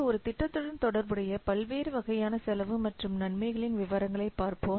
ஒரு திட்டத்துடன் தொடர்புடைய பல்வேறு வகையான செலவு மற்றும் நன்மைகளின் விவரங்களைப் பார்ப்போம்